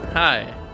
Hi